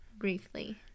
Briefly